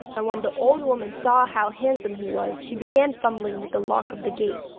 and when the old woman saw how handsome he was, she began fumbling with the lock of the gate.